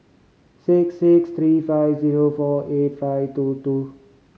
six six three five zero four eight five two two